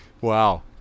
Wow